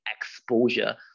exposure